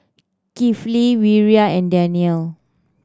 Kifli Wira and Daniel